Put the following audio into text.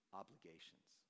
obligations